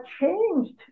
changed